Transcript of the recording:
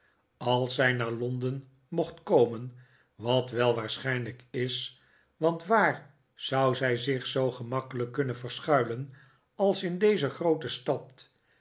als zij naar londen mocht komen wat wel waarschijnlijk is want waar zou zij zich zoo gemakkelijk kunnen verschuilen als in deze groote stad